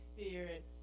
Spirit